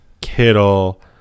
Kittle